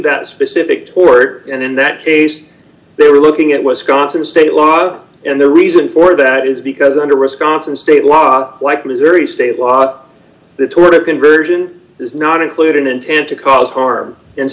that specific towards and in that case they were looking at wisconsin state law and the reason for that is because under wisconsin state law like missouri state law the toward a conversion does not include an intent to cause harm and